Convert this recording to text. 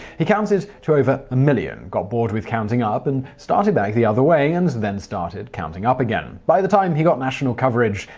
he counted to over a million, got bored with counting up, and went back the other way, and then started counting up again. by the time he got national coverage,